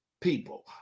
people